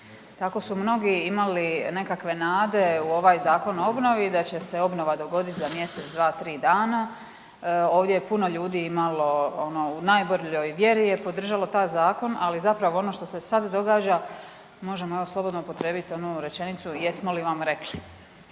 Tako su mnogi imali nekakve nade u ovaj Zakon o obnovi da će se obnova dogodit za mjesec, dva, tri dana. Ovdje je puno ljudi imalo ono, u najboljoj vjeri je podržalo taj zakon, ali zapravo ono što se sad događa možemo evo slobodno upotrijebit onu rečenicu „jesmo li vam rekli“.